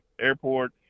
airport